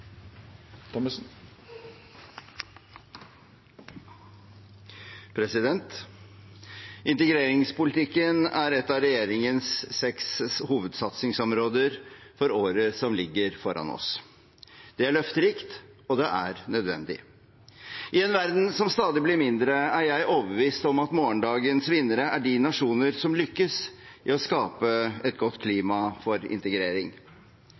nødvendig. Integreringspolitikken er et av regjeringens seks hovedsatsingsområder for året som ligger foran oss. Det er løfterikt – og det er nødvendig. I en verden som stadig blir mindre, er jeg overbevist om at morgendagens vinnere er de nasjoner som lykkes i å skape et godt klima for integrering.